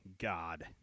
God